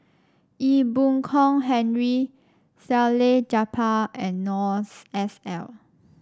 Ee Boon Kong Henry Salleh Japar and Noor S L